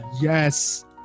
yes